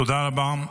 תודה רבה.